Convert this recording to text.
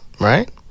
Right